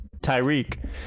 Tyreek